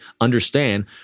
understand